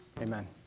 Amen